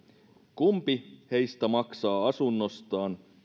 kumpi heistä maksaa asunnostaan